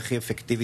בבניין זה לא מספיק.